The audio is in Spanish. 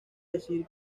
decir